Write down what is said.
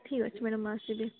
ଠିକ୍ ଅଛି ମ୍ୟାଡ଼ମ୍ ଆସିବି